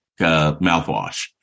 mouthwash